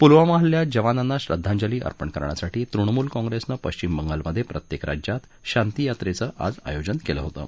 पुलवामा हल्ल्यात जवानांना श्रद्धांजली अर्पण करण्यासाठी तृणमूल काँग्रेसने पश्चिम बंगालमध प्रत्येक राज्यात शांतीयात्रेचं आज आयोजन केलं होतं